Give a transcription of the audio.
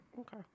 Okay